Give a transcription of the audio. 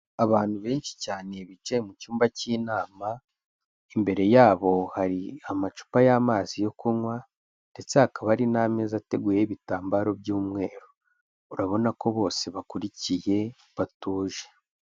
Abantu benshi cyane bicaye mu cyumba cy'inama, imbere yabo hari amacupa y'amazi yo kunywa ndetse hakaba hari n'ameza ateguyeho ibitambaro by'umweru, urabona ko bose bakurikiye, batuje.